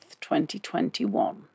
2021